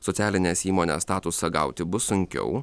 socialinės įmonės statusą gauti bus sunkiau